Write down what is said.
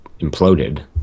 imploded